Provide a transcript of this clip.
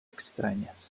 extrañas